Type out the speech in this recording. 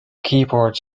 keyboards